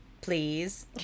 please